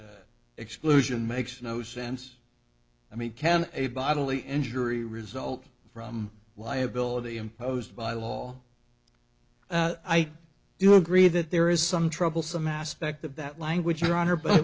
this exclusion makes no sense i mean can a bodily injury result from liability imposed by law i do agree that there is some troublesome aspect of that language your honor but